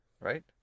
right